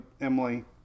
emily